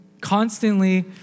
constantly